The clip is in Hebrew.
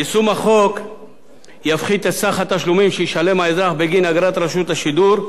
יישום החוק יפחית את סך התשלומים שישלם האזרח בגין אגרת רשות השידור,